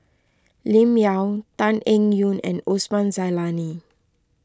Lim Yau Tan Eng Yoon and Osman Zailani